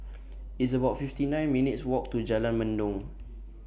It's about fifty nine minutes' Walk to Jalan Mendong